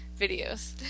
videos